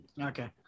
Okay